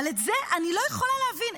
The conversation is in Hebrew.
אבל את זה אני לא יכולה להבין.